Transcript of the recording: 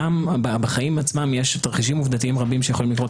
בחיים עצמם יש תרחישים עובדתיים רבים שיכולים לקרות